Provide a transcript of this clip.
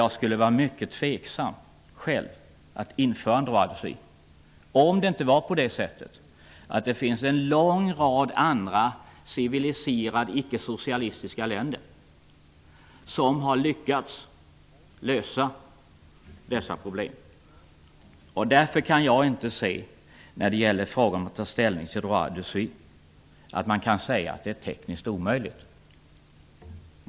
Jag skulle själv vara mycket tveksam till att införa ''droit de suite'' om det inte var så att det finns en lång rad andra civiliserade ickesocialistiska länder som har lyckats lösa dessa problem. Därför kan jag inte när det gäller frågan om att ta ställning till ''droit de suite'' se att man kan säga att det är tekniskt omöjligt att införa en sådan.